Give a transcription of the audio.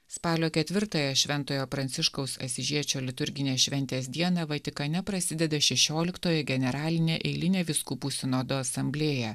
spalio ketvirtąją šventojo pranciškaus asyžiečio liturginės šventės dieną vatikane prasideda šešioliktoji generalinė eilinė vyskupų sinodo asamblėja